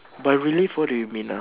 by relive what do you mean ah